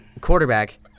quarterback